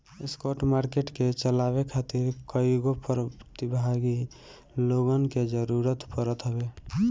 spot market के चलावे खातिर कईगो प्रतिभागी लोगन के जरूतर पड़त हवे